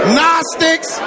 Gnostics